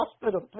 hospital